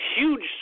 huge